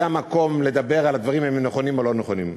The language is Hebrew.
אני לא חושב שזה המקום לדבר על הדברים אם הם נכונים או לא נכונים.